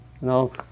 No